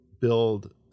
build